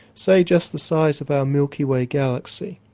say just the size of our milky way galaxy,